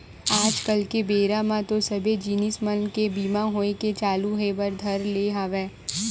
आज कल के बेरा म तो सबे जिनिस मन के बीमा होय के चालू होय बर धर ले हवय